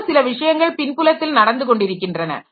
ஏதோ சில விஷயங்கள் பின்புலத்தில் நடந்து கொண்டிருக்கின்றன